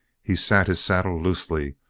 he sat his saddle loosely,